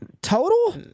Total